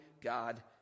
God